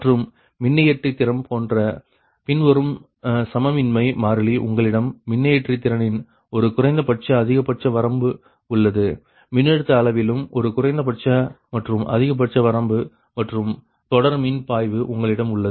மற்றும் மின்னியற்றி திறம் போன்ற பின்வரும் சமமின்மை மாறிலி உங்களிடம் மின்னியற்றி திறனின் ஒரு குறைந்தபட்ச அதிகபட்ச வரம்பு உள்ளது மின்னழுத்த அளவிலும் ஒரு குறைந்தபட்ச மற்றும் அதிகபட்ச வரம்பு மற்றும் தொடர் மின் பாய்வு உங்களிடம் உள்ளது